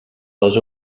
les